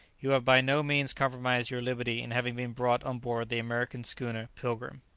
you have by no means compromised your liberty in having been brought on board the american schooner pilgrim.